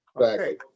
Okay